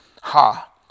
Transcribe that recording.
Ha